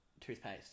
toothpaste